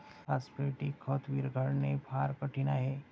phosphatic खत विरघळणे फार कठीण आहे